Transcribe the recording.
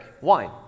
wine